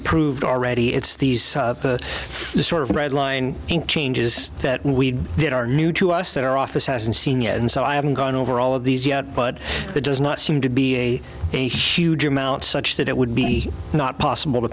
approved already it's these sort of red line changes that we did are new to us that our office hasn't seen yet and so i haven't gone over all of these yet but it does not seem to be a huge amount such that it would be not possible to